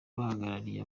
bahagarariye